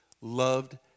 loved